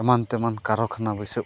ᱮᱢᱟᱱ ᱛᱮᱢᱟᱱ ᱠᱟᱨᱚᱠᱷᱟᱱᱟ ᱵᱟᱹᱭᱥᱟᱹᱣᱚᱜ ᱠᱟᱱᱟ